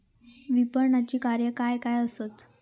विपणनाची कार्या काय काय आसत?